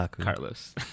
Carlos